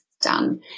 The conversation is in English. done